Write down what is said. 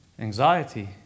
Anxiety